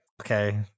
okay